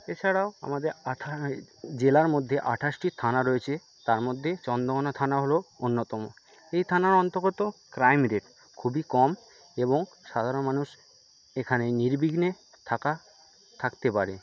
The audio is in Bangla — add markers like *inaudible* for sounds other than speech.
এছাড়াও আমাদের *unintelligible* জেলার মধ্যে আঠাশটি থানা রয়েছে তার মধ্যে চন্দ্রকোনা থানা হলো অন্যতম এই থানার অন্তর্গত ক্রাইম রেট খুবই কম এবং সাধারণ মানুষ এখানে নির্বিঘ্নে থাকা থাকতে পারে